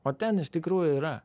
o ten iš tikrųjų yra